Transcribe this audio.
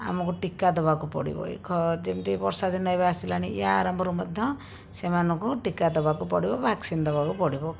ଆମକୁ ଟୀକା ଦେବାକୁ ପଡ଼ିବ ଏଇ ଯେମିତି ବର୍ଷାଦିନ ଏବେ ଆସିଲାଣି ୟା ଆରମ୍ଭରୁ ମଧ୍ୟ ସେମାନଙ୍କୁ ଟୀକା ଦେବାକୁ ପଡ଼ିବ ଭ୍ୟାକ୍ସିନ ଦେବାକୁ ପଡ଼ିବ